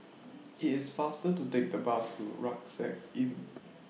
IT IS faster to Take The Bus to Rucksack Inn